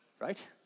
Right